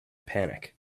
panic